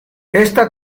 esta